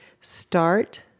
start